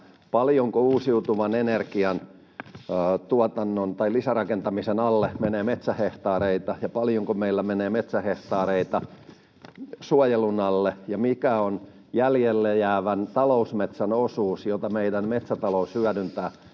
paljonko uusiutuvan energian lisärakentamisen alle menee metsähehtaareita ja paljonko meillä menee metsähehtaareita suojelun alle ja mikä on jäljelle jäävän talousmetsän osuus, jota meidän metsätalous hyödyntää,